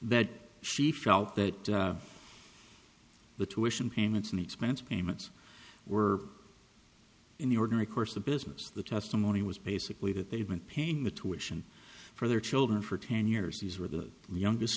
that she felt that the tuition payments and expense payments were in the ordinary course of business the testimony was basically that they've been paying me to asian for their children for ten years these were the youngest